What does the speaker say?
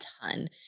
ton